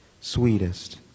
sweetest